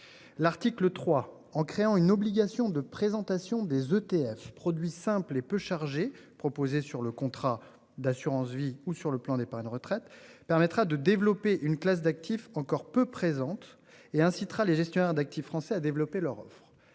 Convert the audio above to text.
L'article 3, en créant une obligation de présentation des ETF produits simples et peu chargé proposés sur le contrat d'assurance vie ou sur le plan d'épargne retraite permettra de développer une classe d'actifs encore peu présente et incitera les gestionnaires d'actifs français à développer leur offre.